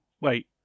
Wait